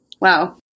Wow